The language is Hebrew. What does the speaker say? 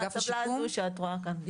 הטבלה שאת רואה כאן.